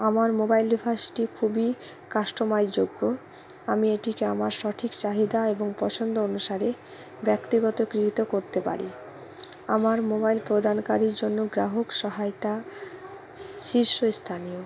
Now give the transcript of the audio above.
আমার মোবাইল ডিভাইসটি খুবই কাস্টমাইজযোগ্য আমি এটিকে আমার সঠিক চাহিদা এবং পছন্দ অনুসারে ব্যক্তিগতকৃত করতে পারি আমার মোবাইল প্রদানকারীর জন্য গ্রাহক সহায়তা শীর্ষস্থানীয়